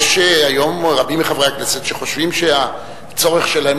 היום רבים מחברי הכנסת חושבים שהצורך שלהם